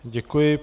Děkuji.